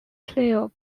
cleo